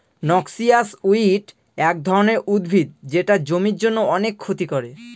noxious weed এক ধরনের উদ্ভিদ যেটা জমির জন্য অনেক ক্ষতি করে